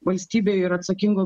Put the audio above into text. valstybei ir atsakingom